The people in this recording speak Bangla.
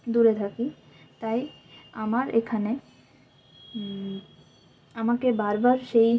দূরে থাকি তাই আমার এখানে আমাকে বারবার সেই